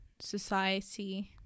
society